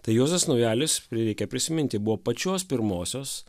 tai juozas naujalis prireikia prisiminti buvo pačios pirmosios